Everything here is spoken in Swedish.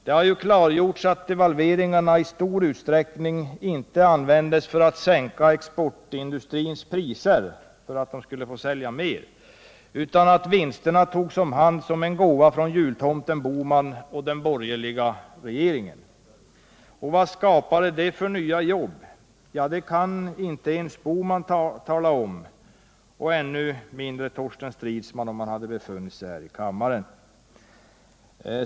Det har ju klarlagts att devalveringarna i stor utsträckning inte användes för att sänka exportindustrins priser så att den kunde sälja mer, utan att vinsterna togs emot som en gåva från jultomten Bohman och den borgerliga regeringen. Vilka nya jobb skapade det? Ja, det kan inte ens Gösta Bohman tala om — ännu mindre Torsten Stridsman, om han hade befunnit sig i kammaren.